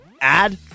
add